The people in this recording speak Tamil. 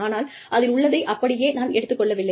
ஆனால் அதில் உள்ளதை அப்படியே நான் எடுத்துக் கொள்ளவில்லை